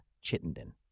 Chittenden